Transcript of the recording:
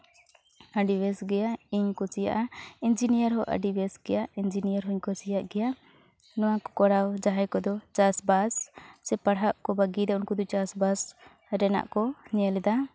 ᱟᱹᱰᱤ ᱵᱮᱥ ᱜᱮᱭᱟ ᱤᱧ ᱠᱩᱥᱤᱭᱟᱜᱼᱟ ᱤᱧᱡᱤᱱᱤᱭᱟᱨ ᱦᱚᱸ ᱵᱮᱥᱜᱮᱭᱟ ᱤᱧᱡᱤᱱᱤᱭᱟᱨ ᱦᱚᱧ ᱠᱩᱥᱤᱭᱟᱜ ᱜᱮᱭᱟ ᱱᱚᱣᱟ ᱠᱚ ᱠᱚᱨᱟᱣ ᱡᱟᱦᱟᱸᱭ ᱠᱚᱫᱚ ᱪᱟᱥᱵᱟᱥ ᱥᱮ ᱯᱟᱲᱦᱟᱜ ᱠᱚ ᱵᱟᱹᱜᱤᱭᱫᱟ ᱩᱱᱠᱩ ᱫᱚ ᱪᱟᱥᱵᱟᱥ ᱨᱮᱱᱟᱜ ᱠᱚ ᱧᱮᱞᱫᱟ